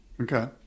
Okay